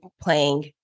playing